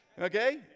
Okay